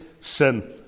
sin